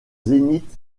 zénith